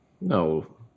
No